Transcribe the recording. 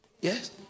Yes